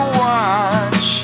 watch